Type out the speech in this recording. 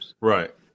Right